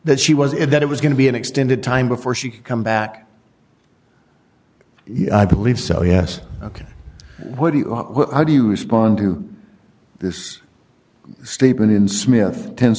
that she was in that it was going to be an extended time before she could come back he i believe so yes ok what do you how do you respond to this statement in smith ten